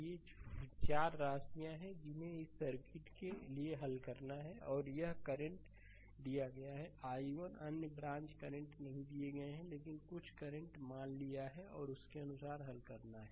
ये 4 राशियाँ हैं जिन्हें इस सर्किट के लिए हल करना है और यहाँ करंट दिया गया है i1 अन्य ब्रांच करंट नहीं दिए गए हैं लेकिन कुछ करंट मान लिया है और उसके अनुसार हल करना है